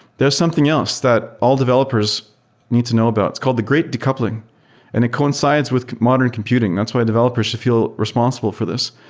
there's something else that all developers need to know about. it's called the great decoupling and it coincides with modern computing. that's why developers should feel responsible for this.